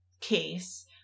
case